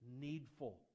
needful